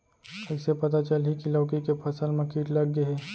कइसे पता चलही की लौकी के फसल मा किट लग गे हे?